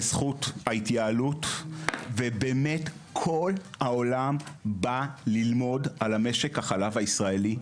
בזכות ההתייעלות ובאמת כל העולם בא ללמוד על משק החלב הישראלי,